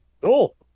Cool